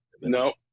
No